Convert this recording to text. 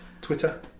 Twitter